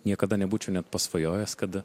niekada nebūčiau net pasvajojęs kad